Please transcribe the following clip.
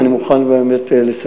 אני מוכן לסייע.